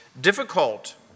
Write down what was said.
difficult